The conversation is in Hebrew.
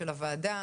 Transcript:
של הוועדה.